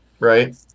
right